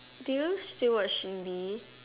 do you still watch Shin-Lee